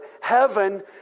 heaven